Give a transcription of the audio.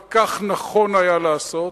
וכך נכון היה לעשות,